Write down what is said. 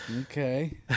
Okay